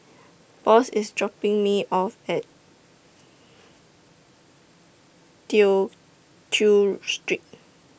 Boss IS dropping Me off At Tew Chew Street